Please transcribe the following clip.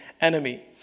enemy